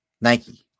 nike